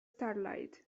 starlight